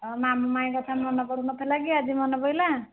ଆଉ ମାମୁଁ ମାଇଁଙ୍କ କଥା ମନ ପଡ଼ୁନଥିଲା କି ଆଜି ମନେପଡ଼ିଲା